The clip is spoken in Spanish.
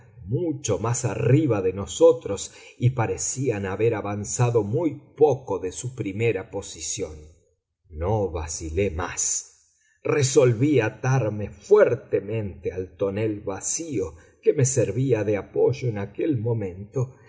mucho más arriba de nosotros y parecían haber avanzado muy poco de su primera posición no vacilé más resolví atarme fuertemente al tonel vacío que me servía de apoyo en aquel momento